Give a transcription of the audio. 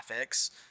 graphics